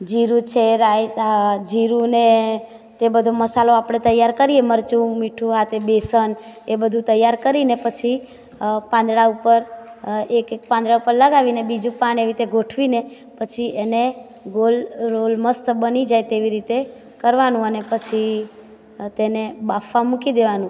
જીરું છે રાઈતા જીરુંને કે બધો મસાલો આપણે તૈયાર કરીએ મરચું મીઠું આતે બેસન એ બધું તૈયાર કરીને પછી પાંદડા ઉપર એક એક પાંદડા ઉપર લગાવીને બીજું પાન એવી રીતે ગોઠવીને પછી એને ગોળ રોલ મસ્ત બની જાય તેવી રીતે કરવાનું ને પછી તેને બાફવા મૂકી દેવાનું